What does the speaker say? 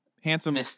Handsome